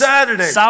Saturday